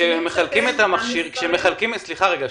סליחה, רגע.